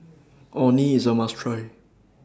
Orh Nee IS A must Try